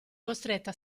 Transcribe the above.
costretta